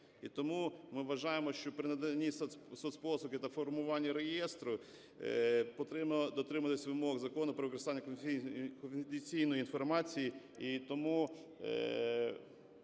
І тому ми вважаємо, що при наданні соцпослуг та формуванні реєстру потрібно дотримуватись вимог Закону про використання конфіденційної інформації,